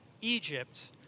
Egypt